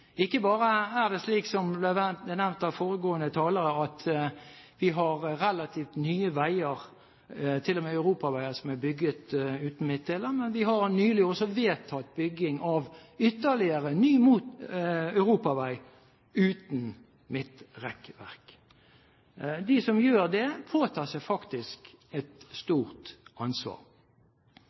Ikke bare er det slik, som det ble nevnt av foregående taler, at vi har relativt nye veier, til og med europaveier, som er bygget uten midtdelere, men vi har nylig også vedtatt bygging av ytterligere ny europavei uten midtrekkverk. De som gjør det, påtar seg faktisk et stort ansvar.